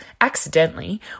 accidentally